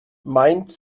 mind